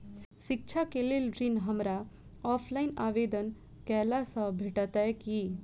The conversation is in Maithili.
शिक्षा केँ लेल ऋण, हमरा ऑफलाइन आवेदन कैला सँ भेटतय की?